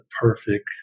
perfect